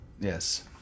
Yes